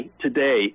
today